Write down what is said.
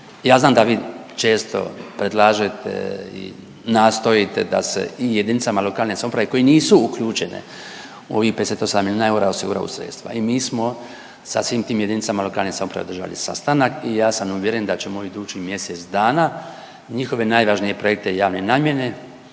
Ja znam da vi često predlažete i nastojite da se i JLS koji nisu uključene u ovih 58 milijuna eura osiguraju sredstva i mi smo sa svim tim JLS održali sastanak i ja sam uvjeren da ćemo u idućih mjesec dana njihove najvažnije projekte javne namjene